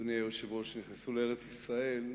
אדוני היושב-ראש, נכנסו לארץ-ישראל,